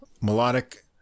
Melodic